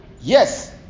Yes